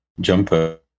jumper